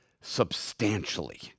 substantially